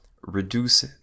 reduce